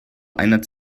einer